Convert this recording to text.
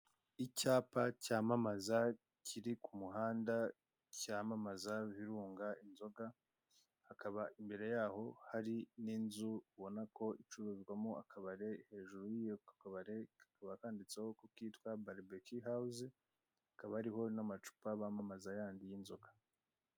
Icyapa cyamamaza kiri kumuhanda cyamamaza virunga inzoga, akaba imbere yaho hari n'inzu ubonako icururizwamo akabare hejuru y'ako kabare kakaba handitsweho ko kitwa baribeki hawuze, hakaba hariho n'amacupa yandi y'inzoga.